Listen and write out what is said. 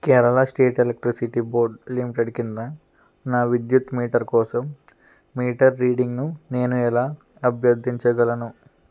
Kerala state electricity board limited క్రింద నా విద్యుత్ మీటర్ కోసం మీటర్ రీడింగ్ను నేను ఎలా అభ్యర్థించగలను